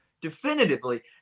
definitively